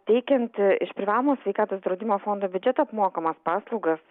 teikiant iš privalomojo sveikatos draudimo fondo biudžeto apmokamas paslaugas